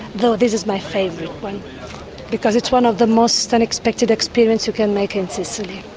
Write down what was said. though this is my favourite one because it's one of the most unexpected experiences you can make in sicily.